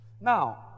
now